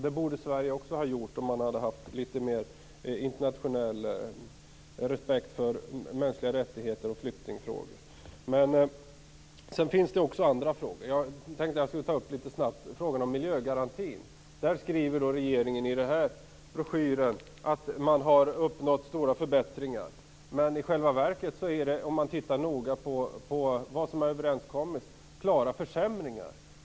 Det borde också Sverige ha gjort om man hade haft större internationell respekt för mänskliga rättigheter och flyktingfrågor. Men det finns också andra frågor. Jag tänkte ta upp frågan om miljögarantin. Regeringen skriver i broschyren att man har uppnått stora förbättringar. Om man tittar noga på vad som har överenskommits rör det sig om stora försämringar.